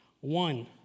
one